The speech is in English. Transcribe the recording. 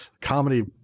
comedy